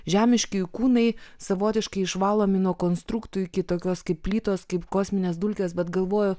žemiškieji kūnai savotiškai išvalomi nuo konstruktų iki tokios kaip plytos kaip kosminės dulkės bet galvoju